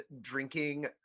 drinking